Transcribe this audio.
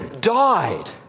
died